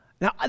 Now